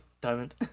diamond